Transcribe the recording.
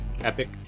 epic